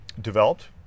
developed